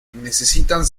necesitan